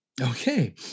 Okay